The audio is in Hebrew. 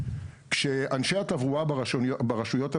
שאנשי התעבורה ברשויות המקומיות,